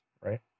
right